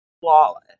flawless